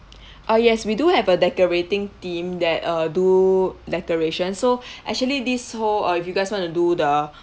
ah yes we do have a decorating team that uh do decoration so actually this whole uh you guys want to do the